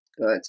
good